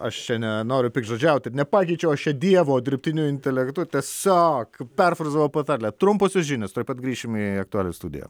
aš čia nenoriu piktžodžiaut ir nepakeičiau aš čia dievo dirbtiniu intelektu tiesiog perfrazavau patarlę trumposios žinios tuoj pat grįšime į aktualijų studiją